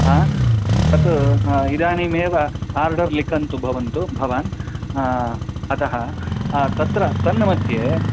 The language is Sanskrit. हा तत् हा इदानीमेव आर्डर् लिखन्तु भवन्तु भवान् अतः तत्र तन्मध्ये